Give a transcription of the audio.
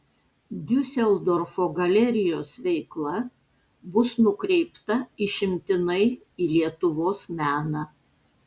diuseldorfo galerijos veikla bus nukreipta išimtinai į lietuvos meną